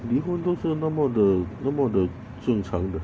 离婚都是那么的那么的正常的